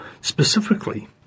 specifically